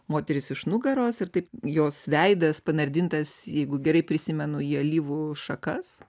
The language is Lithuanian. moteris iš nugaros ir taip jos veidas panardintas jeigu gerai prisimenu į alyvų šakas